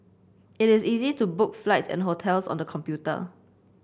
it is easy to book flights and hotels on the computer